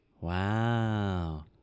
wow